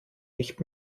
nicht